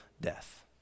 death